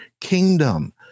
kingdom